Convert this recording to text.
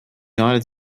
united